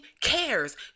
cares